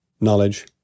knowledge